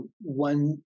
One